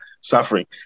suffering